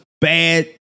bad